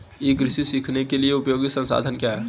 ई कृषि सीखने के लिए उपयोगी संसाधन क्या हैं?